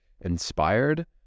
inspired